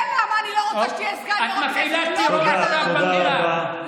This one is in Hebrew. זה למה אני לא רוצה שתהיה סגן יושב-ראש הכנסת.